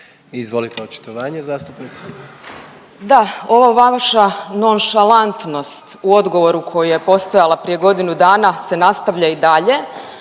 **Peović, Katarina (RF)** Da, ova vaša nonšalantnost u odgovoru koji je postojala prije godinu dana se nastavlja i dalje,